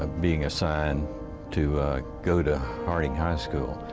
ah being assigned to go to harding high school.